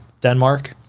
Denmark